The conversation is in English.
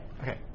Okay